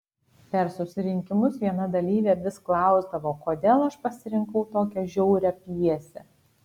per susirinkimus viena dalyvė vis klausdavo kodėl aš pasirinkau tokią žiaurią pjesę